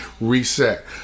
reset